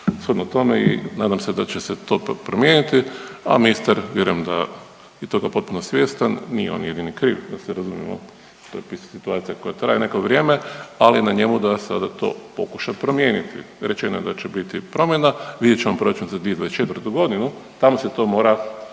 Shodno tome i nadam se da će se i to promijeniti, a ministar, vjerujem da je toga potpuno svjestan, nije on jedini kriv, .../Govornik se ne čuje./... situacija koja traje neko vrijeme, ali je na njemu da sada to pokuša promijeniti. Rečeno je da će biti promjena, vidjet ćemo proračun za 2024. g., tamo se to mora